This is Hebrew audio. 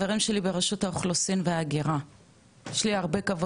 יש לי הרבה כבוד אליכם ולעבודה המדהימה שאתם עושות ועושים,